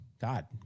God